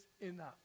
enough